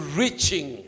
reaching